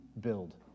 build